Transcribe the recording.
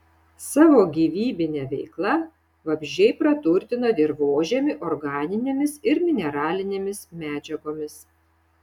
savo gyvybine veikla vabzdžiai praturtina dirvožemį organinėmis ir mineralinėmis medžiagomis